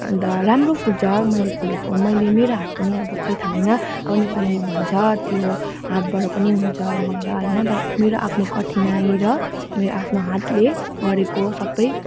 अन्त राम्रो फुल्छ मैले फुलेको मैले मेरो हात पनि अब खै थाह भएन नेपालीमा भन्छ त्यो हातबाट पनि हुन्छ भनेर होइन तर मेरो आफ्नो कठिनाइ र मेरो आफ्नो हातले गरेको सबै